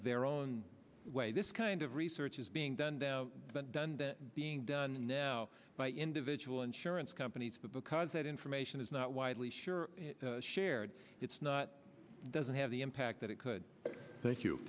their own way this kind of research is being done down but done being done now by individual insurance companies but because that information is not widely sure shared it's not doesn't have the impact that it could